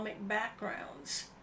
backgrounds